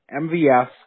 MVS